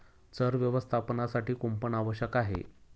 चर व्यवस्थापनासाठी कुंपण आवश्यक आहे